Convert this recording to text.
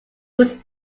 was